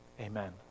Amen